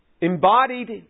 embodied